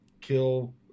kill